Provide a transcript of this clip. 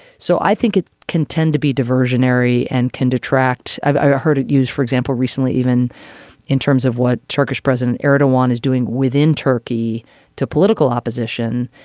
so i think it can tend to be diversionary and can detract. i heard it used for example recently even in terms of what turkish president erdogan is doing within turkey to political political opposition.